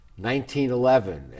1911